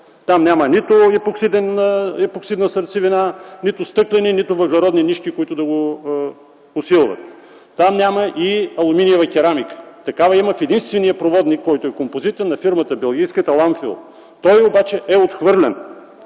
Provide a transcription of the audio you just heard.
Там няма нито епоксидна сърцевина, нито стъклени, нито въглеродни нишки, които да го усилват. Там няма и алуминиева керамика. Такава има в единствения композитен проводник на белгийската фирма „Ландфил”. Той обаче е отхвърлен.